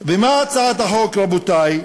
ומה הצעת החוק, רבותי?